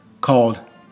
called